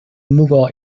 mughal